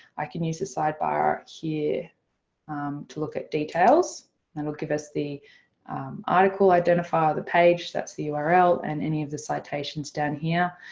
i can use the sidebar here to look at details and will give us the article identifier, the page that's the url and any of the citations down here.